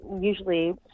usually